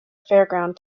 fairground